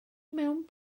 mewn